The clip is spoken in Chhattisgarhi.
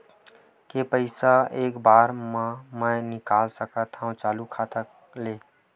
के पईसा एक बार मा मैं निकाल सकथव चालू खाता ले?